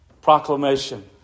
proclamation